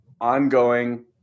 ongoing